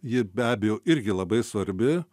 ji be abejo irgi labai svarbi